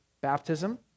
baptism